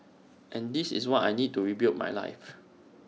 and this is what I need to rebuild my life